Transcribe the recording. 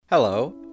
Hello